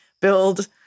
build